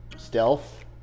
stealth